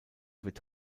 wird